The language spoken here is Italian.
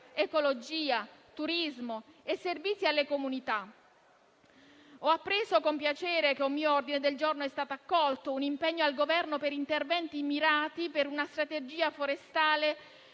ecologia, turismo e servizi alle comunità. Ho appreso con piacere che un mio ordine del giorno è stato accolto: un impegno al Governo per interventi mirati per una strategia forestale